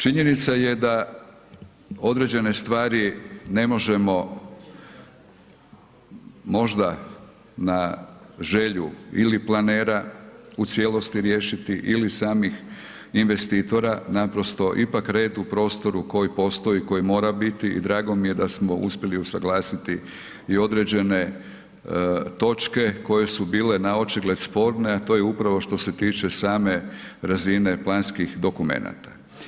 Činjenica je da određene stvari ne možemo možda na želju ili planera u cijelosti riješiti ili samih investitora, naprosto ipak red u prostoru koji postoji, koji mora biti i drago mi je da smo uspjeli usuglasiti i određene točke koje su bile na očigled sporne, a to je upravo što se tiče same razine planskih dokumenata.